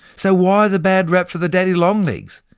so why the bad rap for the daddy long legs?